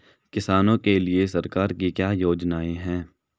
किसानों के लिए सरकार की क्या योजनाएं हैं?